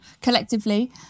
collectively